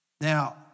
Now